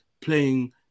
playing